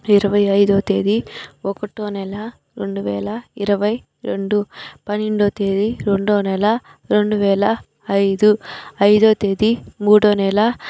ఇరవై ఐదువ తేదీ ఒకటో నెల రెండు వేల ఇరవై రెండు పన్నెండువ తేదీ రెండో నెల రెండు వేల ఐదు ఐదో తేదీ మూడో నెల